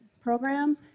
Program